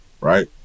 right